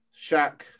Shaq